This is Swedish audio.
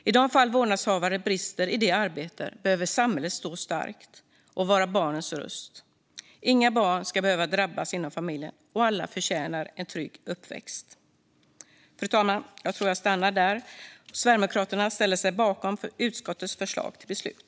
I de fall vårdnadshavare brister i det arbetet behöver samhället stå starkt och vara barnens röst. Inga barn ska behöva drabbas inom familjen, och alla förtjänar en trygg uppväxt. Fru talman! Sverigedemokraterna yrkar bifall till utskottets förslag till beslut.